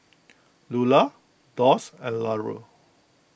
Lula Doss and Larue